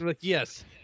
yes